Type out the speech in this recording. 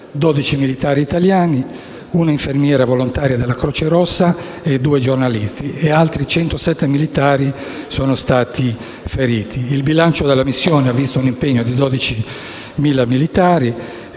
12 militari italiani, una infermiera volontaria della Croce Rossa e due giornalisti; altri 107 militari sono stati feriti. Il bilancio della missione ha visto l'impegno di 12.000 militari.